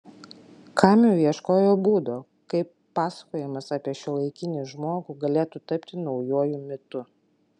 kamiu ieškojo būdo kaip pasakojimas apie šiuolaikinį žmogų galėtų tapti naujuoju mitu